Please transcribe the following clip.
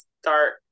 start